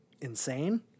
insane